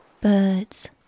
birds